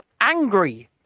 angry